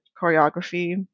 choreography